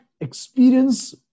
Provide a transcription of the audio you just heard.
experience